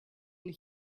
mean